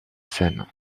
seine